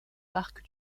parc